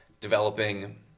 developing